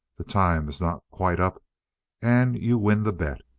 the time is not quite up and you win the bet!